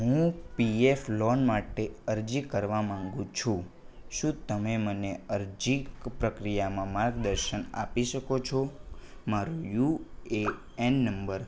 હું PF loan માટે અરજી કરવા માગું છું શું તમે મને અરજી કુ પ્રક્રિયામાં માર્ગદર્શન આપી શકો છો મારુ યુ એ એન નંબર